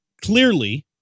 clearly